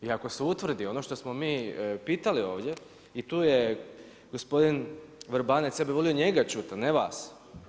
I ako se utvrdi ono što smo mi pitali ovdje i tu je gospodin Vrbanec, ja bi vio njega čuti, a ne vas.